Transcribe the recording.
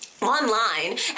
online